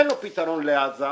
אין לו פתרון לעזה,